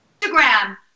Instagram